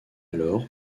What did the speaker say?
alors